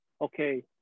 okay